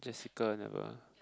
Jessica never